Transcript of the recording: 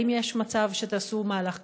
האם יש מצב שתעשו מהלך כזה?